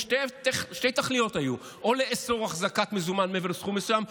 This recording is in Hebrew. שתי תכליות היו: או לאסור החזקת מזומן מעבר לסכום מסוים,